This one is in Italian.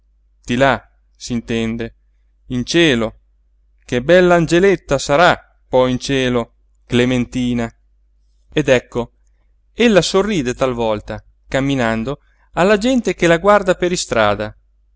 di là s'intende in cielo che bella angeletta sarà poi in cielo clementina ed ecco ella sorride talvolta camminando alla gente che la guarda per istrada